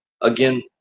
Again